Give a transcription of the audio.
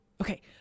Okay